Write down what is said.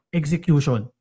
execution